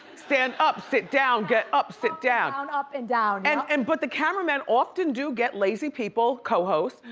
stand up, sit down, get up, sit down. up and down. and and but the camera men often do get lazy people co-host,